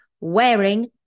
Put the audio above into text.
wearing